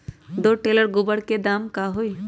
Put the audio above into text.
दो टेलर गोबर के दाम का होई?